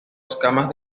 escamas